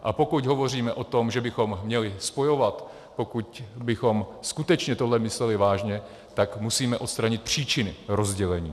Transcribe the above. A pokud hovoříme o tom, že bychom měli spojovat, pokud bychom skutečně tohle mysleli vážně, tak musíme odstranit příčiny rozdělení.